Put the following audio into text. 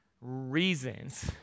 reasons